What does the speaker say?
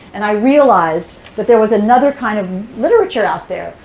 and i realized that there was another kind of literature out there.